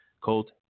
called